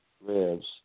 ribs